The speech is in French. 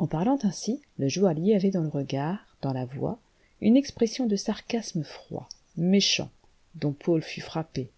en parlant ainsi le joaillier avait dans le regard dans la voix une expression de sarcasme froid méchant dont paul fut frappé